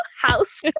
house